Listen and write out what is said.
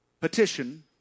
petition